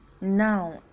Now